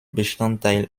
bestandteil